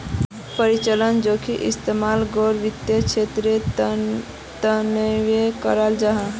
परिचालन जोखिमेर इस्तेमाल गैर वित्तिय क्षेत्रेर तनेओ कराल जाहा